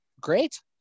Great